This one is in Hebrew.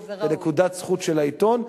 זאת נקודת זכות של העיתון.